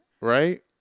right